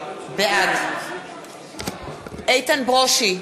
בעד איתן ברושי,